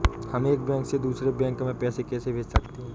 हम एक बैंक से दूसरे बैंक में पैसे कैसे भेज सकते हैं?